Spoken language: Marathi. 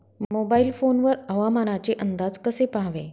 मोबाईल फोन वर हवामानाचे अंदाज कसे पहावे?